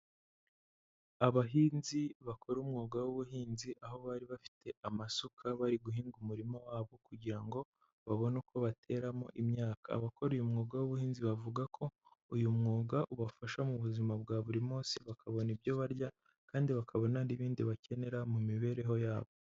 Abahinzi bakora umwuga w'ubuhinzi aho bari bafite amasuka bari guhinga umurima wabo kugira ngo babone uko bateramo imyaka, abakora umwuga w'ubuhinzi bavuga ko uyu mwuga ubafasha mu buzima bwa buri munsi bakabona ibyo barya kandi bakabona n'ibindi bakenera mu mibereho yabo.